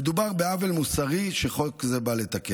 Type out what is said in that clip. מדובר בעוול מוסרי שחוק זה בא לתקן.